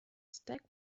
stack